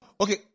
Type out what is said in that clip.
Okay